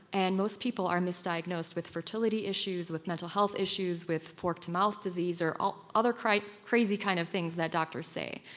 and most people are misdiagnosed with fertility issues, with mental health issues, with fork to mouth disease, or other crazy crazy kind of things that doctors say.